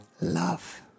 love